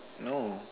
no